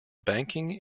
banking